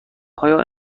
آیا